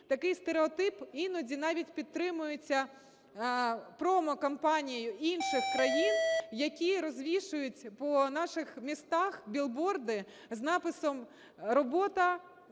такий стереотип іноді навіть підтримується промо-кампанією інших країн, які розвішують по наших містах білборди з написом "робота",